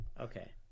okay